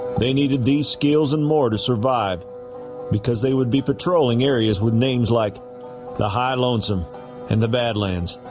they needed these skills and more to survive because they would be patrolling areas with names like the high lonesome and the badlands.